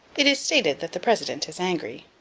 it is stated that the president is angry.